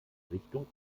richtung